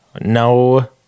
No